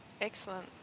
Excellent